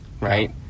Right